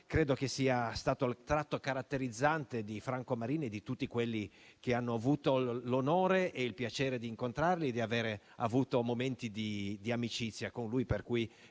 credo siano stati il tratto caratterizzante di Franco Marini e di tutti quelli che hanno avuto l'onore e il piacere di incontrarlo e di avere avuto momenti di amicizia con lui. A nome